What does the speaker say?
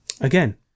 again